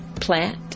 plant